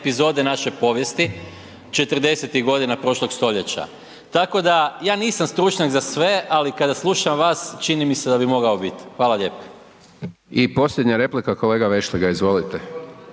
epizode naše povijesti četrdesetih godina prošlog stoljeća. Tako da ja nisam stručnjak za sve, ali kada slušam vas čini mi se da bi mogao biti. Hvala lijepo. **Hajdaš Dončić, Siniša (SDP)** I posljednja replika kolega Vešligaj. Izvolite.